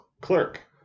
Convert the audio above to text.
clerk